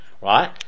right